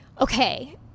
okay